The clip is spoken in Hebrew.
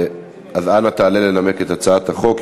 אנא עלה לנמק את הצעת החוק.